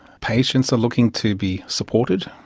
patients are looking to be supported,